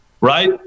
right